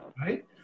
right